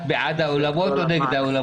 לגמרי עסק אז אפשר גם לפרש שיש סמכות להטיל תנאים